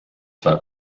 for